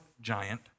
giant